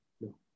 no